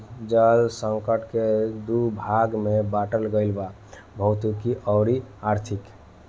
जल संकट के दू भाग में बाटल गईल बा भौतिक अउरी आर्थिक